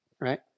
right